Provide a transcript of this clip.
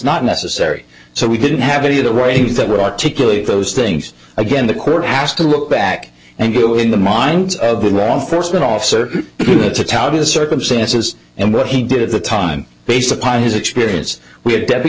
not necessary so we didn't have any of the writings that were articulate those things again the court has to look back and we were in the mind of the law enforcement officer to tell you the circumstances and what he did at the time based upon his experience we had de